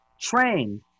train